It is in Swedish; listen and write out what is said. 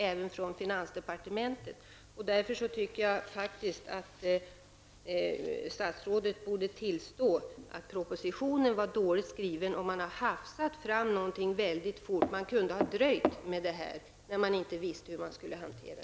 Jag anser därför att statsrådet borde tillstå att propositionen var dåligt skriven. Man har mycket fort hafsat fram ett förslag. Man kunde ha dröjt med detta, eftersom man inte visste hur det skulle hanteras.